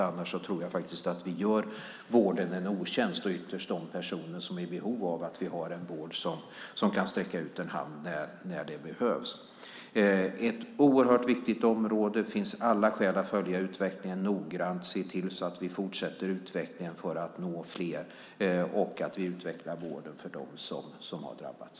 Annars tror jag att vi gör vården en otjänst och ytterst de personer som är i behov av att vi har en vård som kan sträcka ut en hand. Det här är ett oerhört viktigt område, och det finns alla skäl att följa utvecklingen noggrant och se till att vi når fler och utvecklar vården för dem som har drabbats.